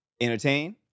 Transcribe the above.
entertain